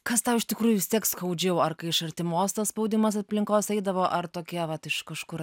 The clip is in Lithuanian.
kas tau iš tikrųjų vis tiek skaudžiau ar kai iš artimos tas spaudimas aplinkos eidavo ar tokie vat iš kažkur